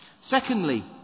Secondly